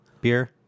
beer